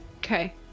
Okay